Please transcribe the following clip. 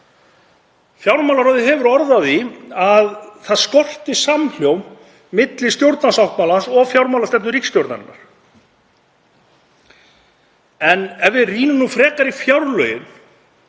Fjármálaráð hefur orð á því að það skorti samhljóm milli stjórnarsáttmálans og fjármálastefnu ríkisstjórnarinnar. Ef við rýnum nú frekar í fjárlögin